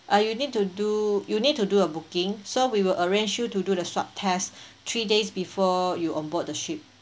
err you need to do you need to do a booking so we will arrange you to do the swab test three days before you on board the ship